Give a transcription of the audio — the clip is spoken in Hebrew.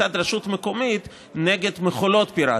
מצד רשות מקומית נגד מכולות פיראטיות,